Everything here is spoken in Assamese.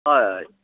হয়